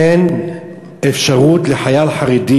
אין אפשרות לחייל חרדי,